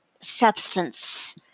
substance